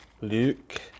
luke